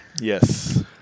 yes